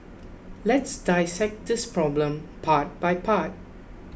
let's dissect this problem part by part